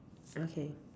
okay